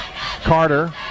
Carter